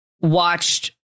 watched